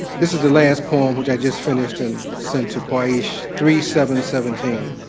this is the last poem, which i just finished and sent to quraysh three seven seventeen.